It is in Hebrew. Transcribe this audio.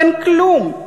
אין כלום.